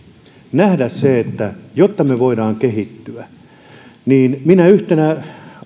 nähdä jotta me voimme kehittyä myös minä yhtenä